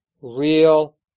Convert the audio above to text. real